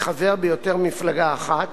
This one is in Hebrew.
כחבר ביותר ממפלגה אחת,